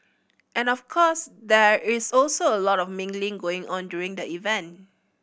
and of course there is also a lot of mingling going on during the event